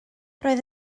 roedd